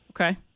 Okay